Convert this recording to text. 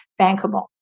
bankable